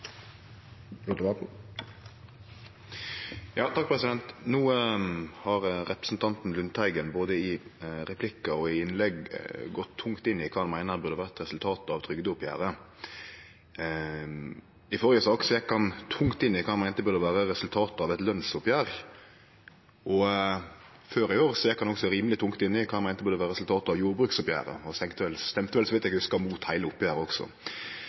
i innlegg gått tungt inn i kva han meiner burde ha vore resultatet av trygdeoppgjeret. I den førre saka gjekk han tungt inn i kva han meinte burde ha vore resultatet av eit lønsoppgjer. Og før i år gjekk han også rimeleg tungt inn i kva han meinte burde ha vore resultatet av jordbruksoppgjeret, og stemde vel, så vidt eg hugsar, imot heile oppgjeret.